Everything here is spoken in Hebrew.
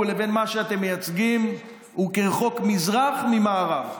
לבין מה שאתם מייצגים הוא כרחוק מזרח ממערב.